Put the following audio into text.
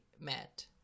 met